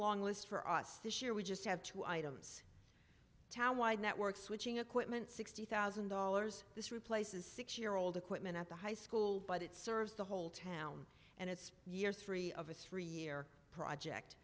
long list for us this year we just have two items town wide network switching equipment sixty thousand dollars this replaces six year old equipment at the high school but it serves the whole town and it's year three of a three year project